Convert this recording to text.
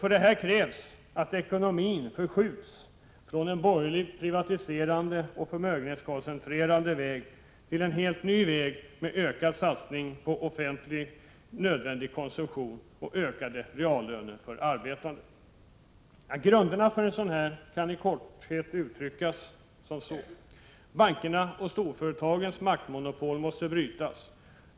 För detta krävs att ekonomin förskjuts från en borgerligt privatiserande och förmögenhetskoncentrerande väg till en helt ny väg med ökad satsning på offentlig nödvändig konsumtion och ökade reallöner för de arbetande. Grunden för en sådan omläggning kan i korthet uttryckas så här: — Bankernas och storföretagens maktmonopol måste brytas.